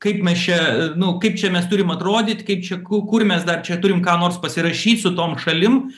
kaip mes čia nu kaip čia mes turim atrodyt kaip čia ku kur mes dar čia turim ką nors pasirašyt su tom šalim